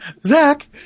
Zach